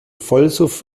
vollsuff